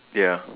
ya